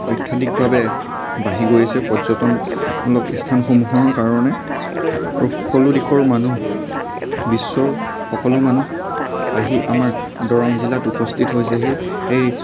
অত্যধিকভাৱে বাঢ়ি গৈ আছে পৰ্যটন মূলক ইস্থানসমূহৰ কাৰণে আৰু সকলো দিশৰ মানুহ বিশ্বৰ সকলো মানুহ আহি আমাৰ দৰং জিলাত উপস্থিত হৈছেহি এই